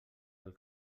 del